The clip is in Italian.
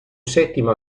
settimo